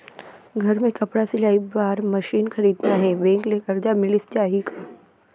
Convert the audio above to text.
घर मे कपड़ा सिलाई बार मशीन खरीदना हे बैंक ले करजा मिलिस जाही का?